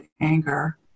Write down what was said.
anger